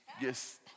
Yes